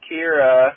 Kira